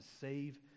save